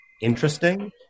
interesting